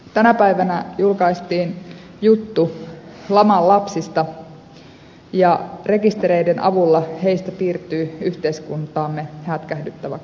tänä päivänä julkaistiin juttu laman lapsista ja rekistereiden avulla heistä piirtyy yhteiskuntaamme hätkähdyttävä kuva